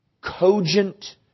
cogent